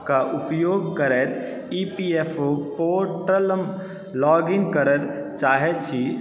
क उपयोग करैत E P F O portal log in करय चाहै छी